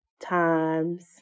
times